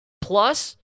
plus